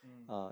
mm